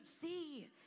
see